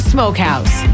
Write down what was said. Smokehouse